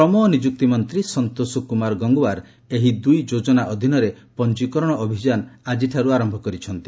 ଶ୍ରମ ଓ ନିଯୁକ୍ତି ମନ୍ତ୍ରୀ ସନ୍ତୋଷ କ୍ରମାର ଗଙ୍ଗୱାର୍ ଏହି ଦୂଇ ଯୋଜନା ଅଧୀନରେ ପଞ୍ଜିକରଣ ଅଭିଯାନ ଆଜିଠାରୁ ଆରମ୍ଭ କରିଛନ୍ତି